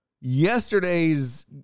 yesterday's